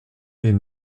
est